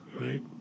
right